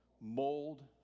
Mold